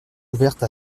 ouverte